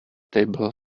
table